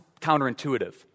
counterintuitive